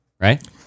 right